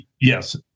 Yes